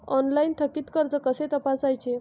Online थकीत कर्ज कसे तपासायचे?